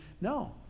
No